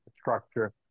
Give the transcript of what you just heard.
structure